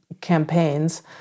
campaigns